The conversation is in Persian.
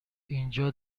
اینجا